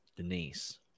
Denise